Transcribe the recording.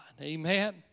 amen